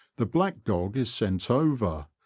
the black dog is sent over,